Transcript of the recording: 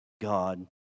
God